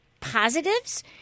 positives